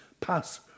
pass